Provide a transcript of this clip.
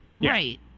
right